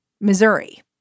Missouri